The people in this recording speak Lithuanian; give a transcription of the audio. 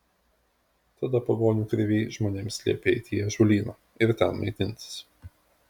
tada pagonių kriviai žmonėms liepė eiti į ąžuolyną ir ten maitintis